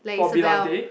for brillante